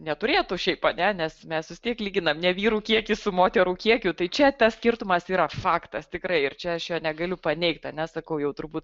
neturėtų šiaip a ne nes mes vis tiek lyginam ne vyrų kiekį su moterų kiekiu tai čia tas skirtumas yra faktas tikrai ir čia aš jo negaliu paneigt a ne sakau jau turbūt